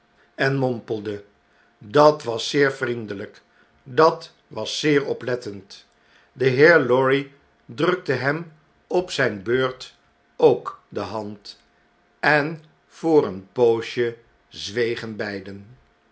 en mompelde dat was zeer vriendeiyk dat was zeeroplettend de heer lorry drukte hem op zyn beurt ook de hand en voor een poosje zwegen beiden